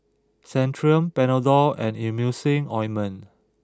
Centrum Panadol and Emulsying Ointment